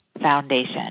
foundation